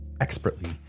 expertly